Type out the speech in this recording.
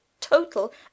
total